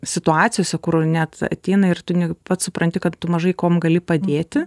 situacijose kur net ateina ir tu ne pats supranti kad tu mažai kuom gali padėti